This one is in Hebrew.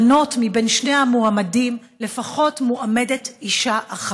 למנות משני המועמדים לפחות מועמדת אחת אישה.